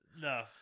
No